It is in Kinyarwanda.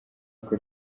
uko